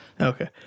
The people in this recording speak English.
Okay